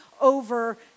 over